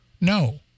No